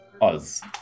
Oz